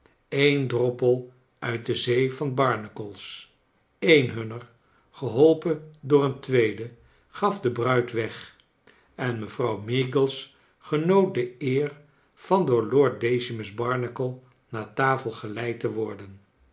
een droppel uit de zee van barnacles een hunner geholpen door een tweede gaf de bruid weg en mevrouw meagles genoot de eer van door lord decimus barnacle naar tafel geleid te worden